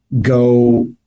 go